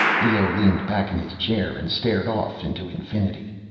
leoh leaned back in his chair and stared off into infinity.